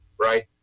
Right